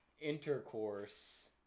intercourse